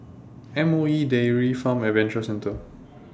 M O E Dairy Farm Adventure Centre